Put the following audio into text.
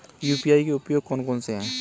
UPI के उपयोग कौन कौन से हैं?